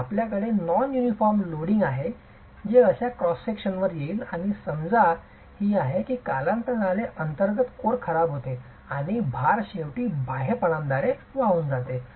तर आपल्याकडे non uniform loading आहे जे अशा क्रॉस सेक्शनवर येईल आणि समस्या ही आहे की कालांतराने अंतर्गत कोर खराब होते आणि भार शेवटी बाह्य पानांद्वारे वाहून जाते